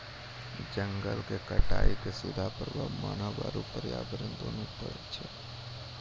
जंगल के कटाइ के सीधा प्रभाव मानव आरू पर्यावरण दूनू पर पड़ै छै